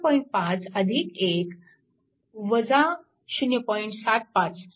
5 1 0